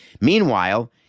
Meanwhile